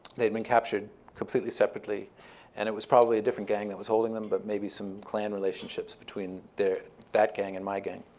they had been captured completely separately and it was probably a different gang that was holding them, but maybe some clan relationships between that gang and my gang.